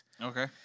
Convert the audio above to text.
Okay